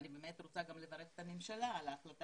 אני באמת רוצה גם לברך את הממשלה על ההחלטה